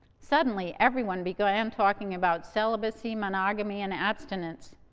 suddenly everyone began um talking about celibacy, monogamy and abstinence.